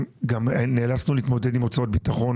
אלא נאלצנו להתמודד עם הוצאות ביטחון,